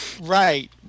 Right